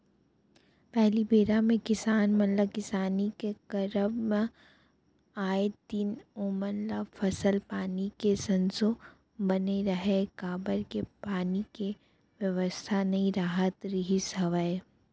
पहिली बेरा म किसान मन ल किसानी के करब म आए दिन ओमन ल फसल पानी के संसो बने रहय काबर के पानी के बेवस्था नइ राहत रिहिस हवय